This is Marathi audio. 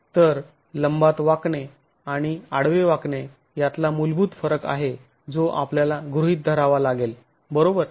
तर लंबात वाकणे आणि आडवे वाकणे यातला मूलभूत फरक आहे जो आपल्याला गृहीत धरावा लागेल बरोबर